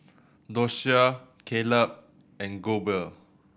Doshia Caleb and Goebel